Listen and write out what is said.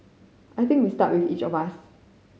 I think we start with each of us